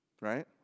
right